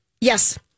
Yes